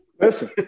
listen